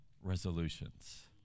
resolutions